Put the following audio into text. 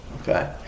Okay